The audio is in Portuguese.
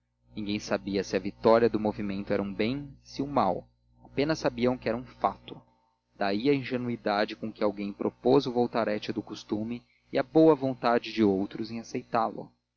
ninguém sabia se a vitória do movimento era um bem se um mal apenas sabiam que era um fato daí a ingenuidade com que alguém propôs o voltarete do costume e a boa vontade de outros em aceitá-lo